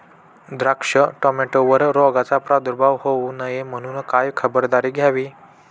द्राक्ष, टोमॅटोवर रोगाचा प्रादुर्भाव होऊ नये म्हणून काय खबरदारी घ्यावी?